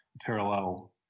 parallel